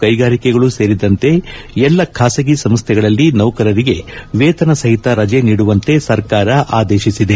ಕೈಗಾರಿಕೆಗಳು ಸೇರಿದಂತೆ ಎಲ್ಲಾ ಖಾಸಗಿ ಸಂಸ್ಥೆಗಳಲ್ಲಿ ನೌಕರರಿಗೆ ವೇತನ ಸಹಿತ ರಜೆ ನೀಡುವಂತೆ ಸರ್ಕಾರ ಆದೇಶಿಸಿದೆ